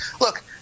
look